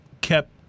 kept